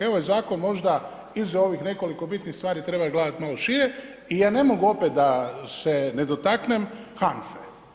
Ovaj zakon možda iza ovih nekoliko bitnih stvari treba gledati malo šire i ja ne mogu opet da se ne dotaknem HANFA-e.